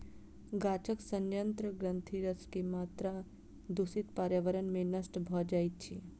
गाछक सयंत्र ग्रंथिरस के मात्रा दूषित पर्यावरण में नष्ट भ जाइत अछि